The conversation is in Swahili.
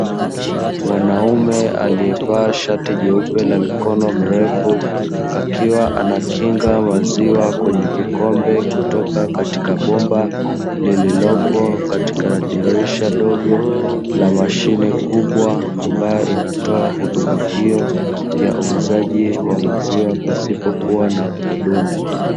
Mwanaume aliyevaa shati jeupe la mikono mirefu, akiwa anakinga maziwa kwenye kikombe kutoka katika bomba lililopo katika dirisha dogo la mashine kubwa, ambayo inatoa huduma hiyo ya uuzaji wa maziwa pasipokuwa na muhudumu.